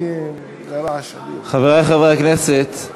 חברי חברי הכנסת,